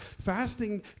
fasting